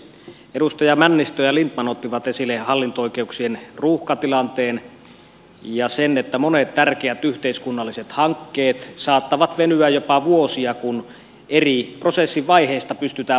edustajat männistö ja lindtman ottivat esille hallinto oikeuksien ruuhkatilanteen ja sen että monet tärkeät yhteiskunnalliset hankkeet saattavat venyä jopa vuosia kun prosessin eri vaiheista pystytään valittamaan